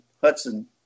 Hudson